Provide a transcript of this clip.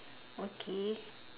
okay